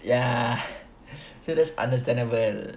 ya so that's understandable